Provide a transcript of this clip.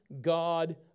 God